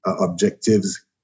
objectives